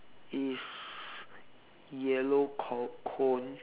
it's yellow co~ cone